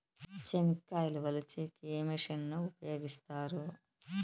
చెనక్కాయలు వలచే కి ఏ మిషన్ ను ఉపయోగిస్తారు?